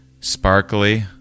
sparkly